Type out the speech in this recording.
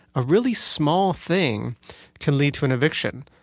a really small thing can lead to an eviction.